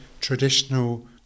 traditional